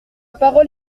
parole